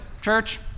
church